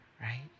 right